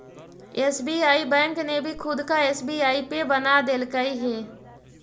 SBI bank ने भी खुद का एस.बी.आई पे बना देलकइ हे